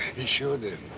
he sure did.